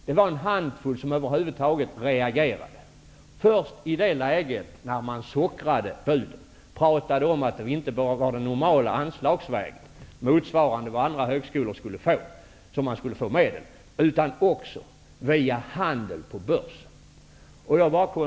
Det var en handfull som över huvud taget reagerade, innan man sockrade budet, pratade om att de inte behövde gå den normala anslagsvägen för att få medel, motsvarande vad andra högskolor skulle få göra, utan man skulle också få medel via handel på börsen.